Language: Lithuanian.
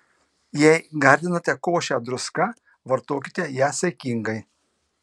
jei gardinate košę druska vartokite ją saikingai